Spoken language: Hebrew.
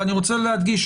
ואני רוצה להדגיש,